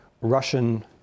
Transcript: Russian